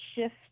shift